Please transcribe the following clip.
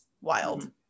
Wild